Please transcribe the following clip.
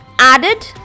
added